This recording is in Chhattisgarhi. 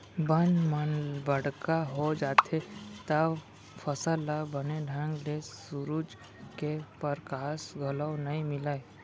बन मन बड़का हो जाथें तव फसल ल बने ढंग ले सुरूज के परकास घलौ नइ मिलय